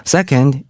Second